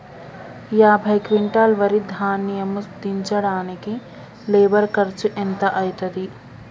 యాభై క్వింటాల్ వరి ధాన్యము దించడానికి లేబర్ ఖర్చు ఎంత అయితది?